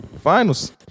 Finals